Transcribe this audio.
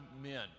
men